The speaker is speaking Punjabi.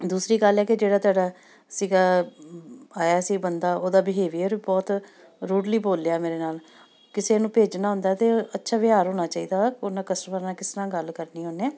ਦੂਸਰੀ ਗੱਲ ਹੈ ਕਿ ਜਿਹੜਾ ਤੁਹਾਡਾ ਸੀਗਾ ਆਇਆ ਸੀ ਬੰਦਾ ਉਹਦਾ ਬਿਹੇਵੀਅਰ ਬਹੁਤ ਰੂਡਲੀ ਬੋਲਿਆ ਮੇਰੇ ਨਾਲ ਕਿਸੇ ਨੂੰ ਭੇਜਣਾ ਹੁੰਦਾ ਤਾਂ ਅੱਛਾ ਵਿਹਾਰ ਹੋਣਾ ਚਾਹੀਦਾ ਵਾ ਉਹਨਾਂ ਕਸਟਮਰ ਨਾਲ ਕਿਸ ਤਰ੍ਹਾਂ ਗੱਲ ਕਰਨੀ ਉਹਨੇ